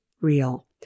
real